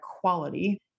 quality